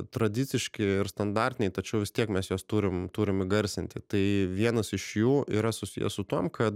tradiciški ir standartiniai tačiau vis tiek mes juos turim turim įgarsinti tai vienas iš jų yra susijęs su tuom kad